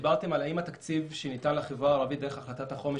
דיברתם על כך שאם התקציב שניתן לחברה הערבית דרך החלטת החומש